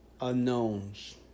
unknowns